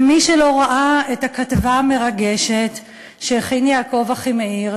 ומי שלא ראה את הכתבה המרגשת שהכין יעקב אחימאיר,